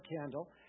candle